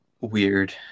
weird